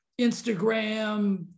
Instagram